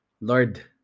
Lord